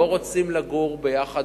לא רוצים לגור יחד,